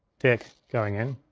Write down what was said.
deck going in.